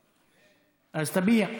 בטח.